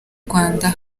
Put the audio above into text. rwanda